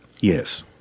Yes